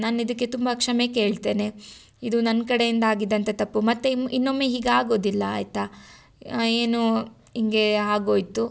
ನಾನು ಇದಕ್ಕೆ ತುಂಬ ಕ್ಷಮೆ ಕೇಳ್ತೇನೆ ಇದು ನನ್ನ ಕಡೆಯಿಂದ ಆಗಿದ್ದಂತ ತಪ್ಪು ಮತ್ತೆ ಇನ್ನೊಮ್ಮೆ ಹೀಗೆ ಆಗೋದಿಲ್ಲ ಆಯಿತಾ ಏನೋ ಹಿಂಗೆ ಆಗೋಯಿತು